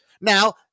Now